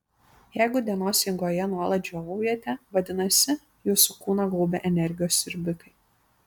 jeigu dienos eigoje nuolat žiovaujate vadinasi jūsų kūną gaubia energijos siurbikai